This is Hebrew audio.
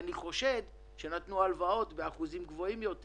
אני חושד שנתנו הלוואות באחוזים גבוהים יותר